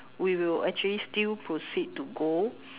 we will actually still proceed to go